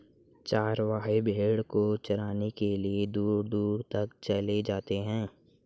चरवाहे भेड़ को चराने के लिए दूर दूर तक चले जाते हैं